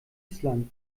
island